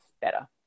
better